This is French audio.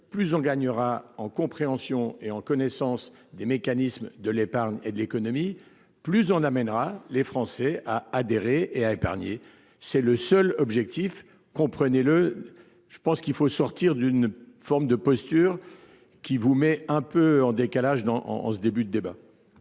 plus on gagnera en compréhension et en connaissance des mécanismes de l'épargne et de l'économie, plus on amènera les Français à adhérer et à épargner. C'est le seul objectif comprenez-le. Je pense qu'il faut sortir d'une forme de posture qui vous met un peu en décalage dans en ce début de débat.